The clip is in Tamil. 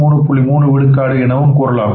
3 விழுக்காடு எனவும் கூறலாம்